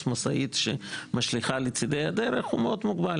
משאית שמשליכה לצידי הדרך הוא מאוד מוגבל.